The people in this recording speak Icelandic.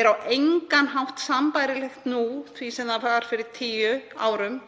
er á engan hátt sambærilegt því sem það var fyrir tíu árum,